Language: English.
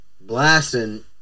blasting